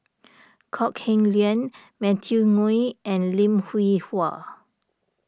Kok Heng Leun Matthew Ngui and Lim Hwee Hua